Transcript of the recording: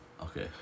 Okay